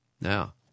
Now